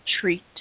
Treat